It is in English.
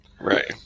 Right